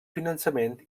finançament